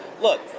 look